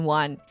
one